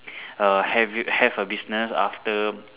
err have you have a business after